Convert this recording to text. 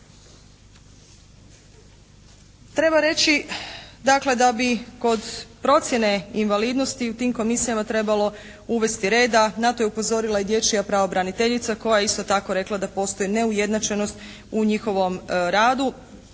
Treba reći dakle da bi kod procjene invalidnosti u tim komisijama trebalo uvesti reda. Na to je upozorila i dječja pravobraniteljica koja je isto tako rekla da postoji neujednačenost u njihovom radu.